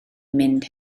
mynd